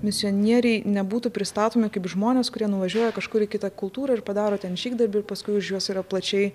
misionieriai nebūtų pristatomi kaip žmonės kurie nuvažiuoja kažkur į kitą kultūrą ir padaro ten žygdarbį ir paskui už juos yra plačiai